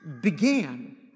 began